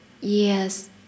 yes